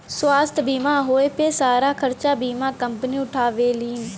स्वास्थ्य बीमा होए पे सारा खरचा बीमा कम्पनी उठावेलीन